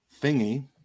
thingy